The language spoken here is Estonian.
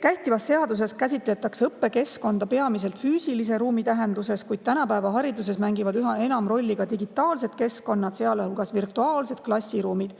Kehtivas seaduses käsitletakse õppekeskkonda peamiselt füüsilise ruumi tähenduses, kuid tänapäeva hariduses mängivad üha enam rolli ka digitaalsed keskkonnad, sealhulgas virtuaalsed klassiruumid.